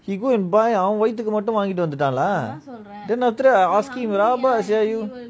he go and buy ah அவன் வயத்துக்கு மட்டும் வாங்கிட்டு வந்துடான்ல:avan vaayathukku mattum vangitu vanthutaanla then after that I ask him ah rabak sia you